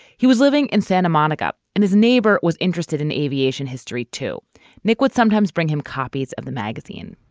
he was living in santa monica and his neighbor was interested in aviation history, too nick would sometimes bring him copies of the magazine,